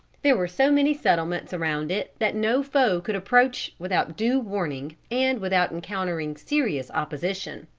there were so many settlements around it that no foe could approach without due warning and without encountering serious opposition.